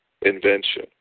invention